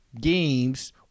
games